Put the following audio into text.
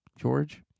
george